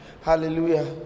Hallelujah